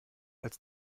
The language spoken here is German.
als